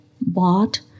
bought